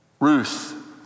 Ruth